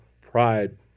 pride